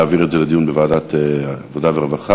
להעביר את זה לדיון בוועדת העבודה והרווחה,